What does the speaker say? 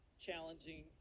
challenging